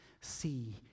see